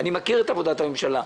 אני מכיר את עבודת הממשלה.